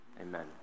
Amen